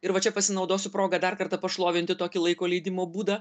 ir va čia pasinaudosiu proga dar kartą pašlovinti tokį laiko leidimo būdą